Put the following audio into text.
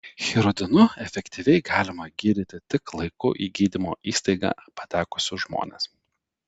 hirudinu efektyviai galima gydyti tik laiku į gydymo įstaigą patekusius žmones